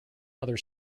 other